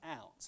Out